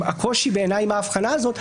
הקושי בעיניי עם ההבחנה הזאת,